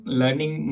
learning